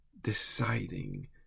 deciding